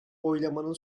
oylamanın